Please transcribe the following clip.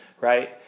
right